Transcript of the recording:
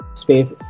space